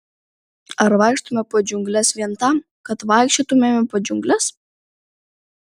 ar vaikštome po džiungles vien tam kad vaikščiotumėme po džiungles